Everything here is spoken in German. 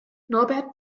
norbert